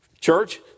Church